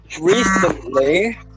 Recently